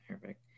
Perfect